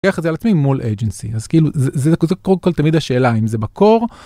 איך זה על עצמי מול אייג'נסי אז כאילו זה קודם כל תמיד השאלה אם זה בקור.